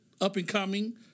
up-and-coming